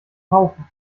kaufen